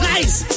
Nice